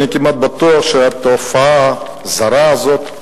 אני כמעט בטוח שהתופעה הזרה הזאת,